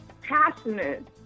passionate